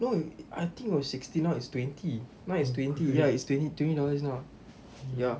no I think it was sixteen now it's twenty mine is twenty ya it's twenty dollars now ya